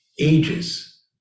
ages